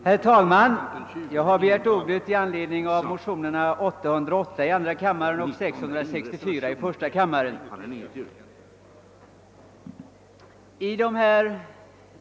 Herr talman! Jag har begärt ordet med anledning av de likalydande motionerna I: 664 och II: 808.